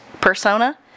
persona